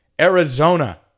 Arizona